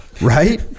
Right